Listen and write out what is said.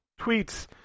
Tweets